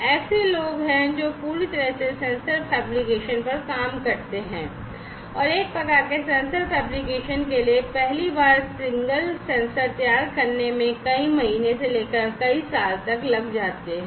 ऐसे लोग हैं जो पूरी तरह से सेंसर फैब्रिकेशन पर काम करते हैं और एक प्रकार के सेंसर फैब्रिकेशन के लिए पहली बार सिंगल सेंसर तैयार करने में कई महीने से लेकर कई साल लग सकते हैं